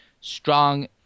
strong